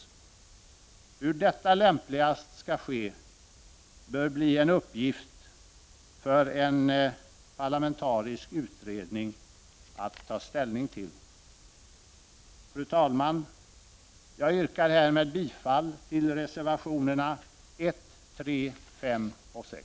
Hur detta lämpligast skall ske bör bli en uppgift för en parlamentarisk utredning att ta ställning till. Fru talman! Jag yrkar härmed bifall till reservationerna 1, 3, 5 och 6.